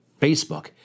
Facebook